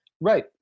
right